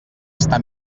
està